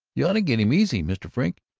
you ought to get him easy, mr. frink,